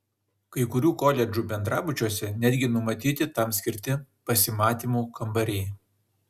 kai kurių koledžų bendrabučiuose netgi numatyti tam skirti pasimatymų kambariai